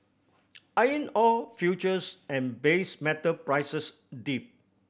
iron ore futures and base metal prices dipped